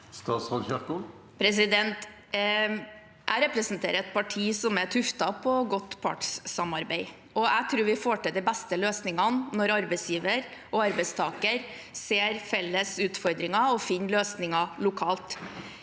Ingvild Kjerkol Jeg represente- rer et parti som er tuftet på godt partssamarbeid, og jeg tror vi får til de beste løsningene når arbeidsgiver og arbeidstaker ser felles utfordringer og finner løsninger lokalt.